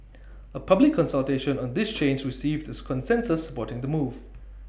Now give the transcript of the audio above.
A public consultation on this change received A consensus supporting the move